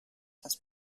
das